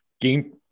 Game